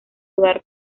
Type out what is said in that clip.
dar